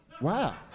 Wow